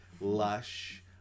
lush